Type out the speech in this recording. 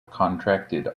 contracted